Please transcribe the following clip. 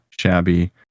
Shabby